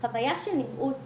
חוויה של נראוּת